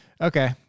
Okay